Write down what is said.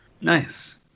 Nice